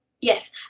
yes